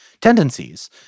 tendencies